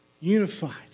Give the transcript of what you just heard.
unified